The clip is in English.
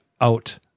out